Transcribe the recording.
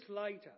later